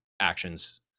actions